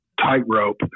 tightrope